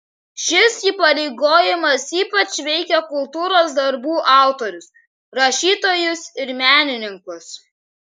šis įpareigojimas ypač veikia kultūros darbų autorius rašytojus ir menininkus